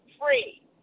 free